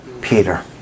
Peter